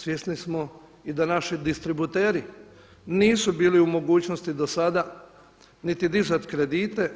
Svjesni smo i da naši distributeri nisu bili u mogućnosti dosada niti dizati kredite